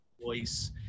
voice